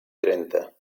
trenta